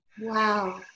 Wow